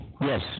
Yes